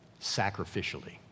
Sacrificially